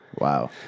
Wow